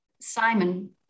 simon